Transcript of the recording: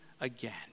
again